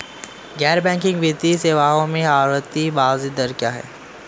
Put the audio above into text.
गैर बैंकिंग वित्तीय सेवाओं में आवर्ती ब्याज दर क्या है?